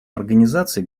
организаций